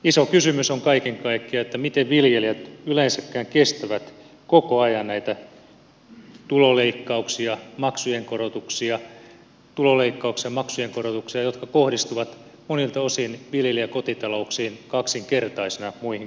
iso kysymys on kaiken kaikkiaan miten viljelijät yleensäkään kestävät koko ajan näitä tuloleikkauksia maksujen korotuksia jotka kohdistuvat monilta osin viljelijäkotitalouksiin kaksinkertaisena muihin kotitalouksiin verrattuna